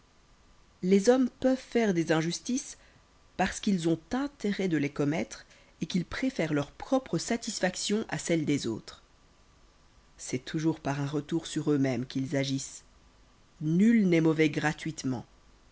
les hommes peuvent faire des injustices parce qu'ils ont intérêt de les commettre et qu'ils préfèrent leur propre satisfaction à celle des autres c'est toujours par un retour sur eux-mêmes qu'ils agissent nul n'est mauvais gratuitement